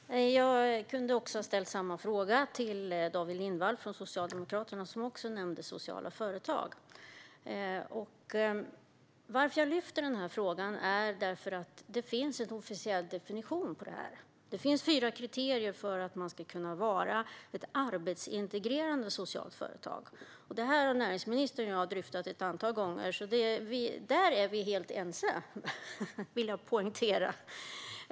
Herr talman! Jag kunde också ha ställt samma fråga till David Lindvall från Socialdemokraterna. Han nämnde också sociala företag. Jag lyfter den här frågan därför att det finns en officiell definition här. Det finns fyra kriterier för att ett företag ska kunna vara ett arbetsintegrerande socialt företag. Detta har näringsministern och jag dryftat ett antal gånger, och där är vi helt ense, det vill jag poängtera.